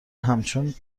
همچون